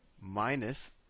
minus